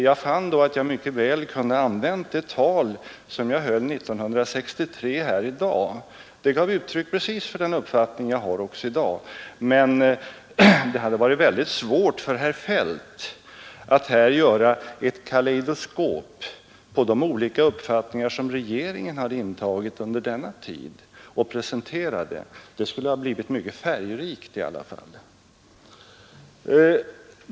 Jag fann då att jag i dag mycket väl kunde ha använt det tal som jag höll 1963. Det gav uttryck för precis den uppfattning jag har också i dag. Men det hade varit svårt för herr Feldt att här göra ett kalejdoskop på de olika uppfattningar som regeringen haft under denna tid och presentera dem. Det skulle i varje fall ha blivit mycket färgrikt.